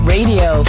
Radio